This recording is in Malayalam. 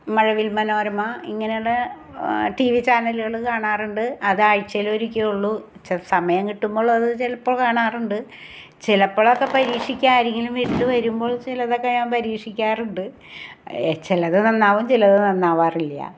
മഴവിൽ മനോരമ ഇങ്ങനെയുള്ള ടീവി ചാനലുകൾ കാണാറുണ്ട് അത് ആഴ്ചയിൽ ഒരിക്കലെയുള്ളു സമയം കിട്ടുമ്പോൾ അത് ചിലപ്പോൾ കാണാറുണ്ട് ചിലപ്പോഴൊക്കെ പരീക്ഷിക്കാം ആരെങ്കിലും വീട്ടിൽ വരുമ്പോൾ ചിലതൊക്കെ ഞാൻ പരീക്ഷിക്കാറുണ്ട് ചിലത് നന്നാകും ചിലത് നന്നാവാറില്ല